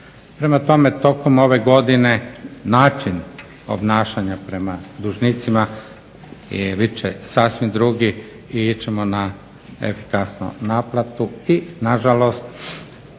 Prema tome, tokom ove godine način obnašanja prema dužnicima bit će sasvim drugi i ići ćemo na efikasnu naplatu i nažalost